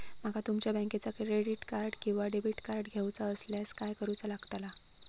माका तुमच्या बँकेचा क्रेडिट कार्ड किंवा डेबिट कार्ड घेऊचा असल्यास काय करूचा लागताला?